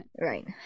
Right